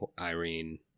Irene